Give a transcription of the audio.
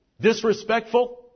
Disrespectful